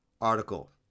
article